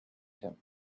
him